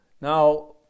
Now